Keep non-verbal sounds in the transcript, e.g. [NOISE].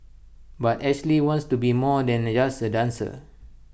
but Ashley wants to be more than [UNINTELLIGIBLE] just A dancer